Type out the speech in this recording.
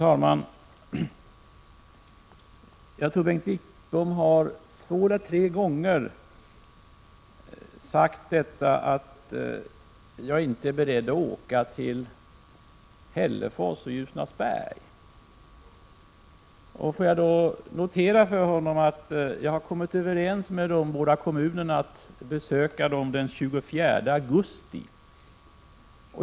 Fru talman! Bengt Wittbom har två eller tre gånger sagt mig att jag inte är beredd att åka till Hällefors och Ljusnarsberg. Jag kan informera honom om att jag kommit överens med de två kommunerna att besöka dem den 24 augusti.